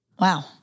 Wow